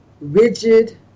rigid